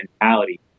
mentality